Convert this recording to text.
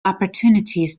opportunities